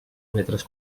metres